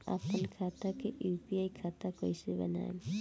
आपन खाता के यू.पी.आई खाता कईसे बनाएम?